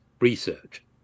research